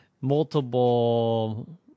multiple